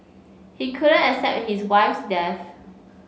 he couldn't accept his wife's death